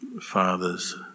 father's